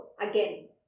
again